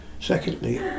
secondly